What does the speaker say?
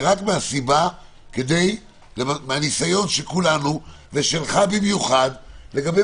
זה רק מהניסיון של כולנו ושלך במיוחד לגבי